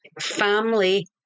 family